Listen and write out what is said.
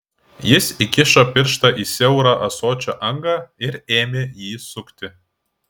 jis įkišo pirštą į siaurą ąsočio angą ir ėmė jį sukti